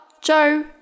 Joe